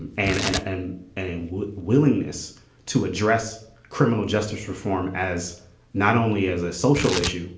and and and and and a willingness to address criminal justice reform as not only as a social issue